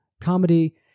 comedy